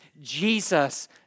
Jesus